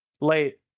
Late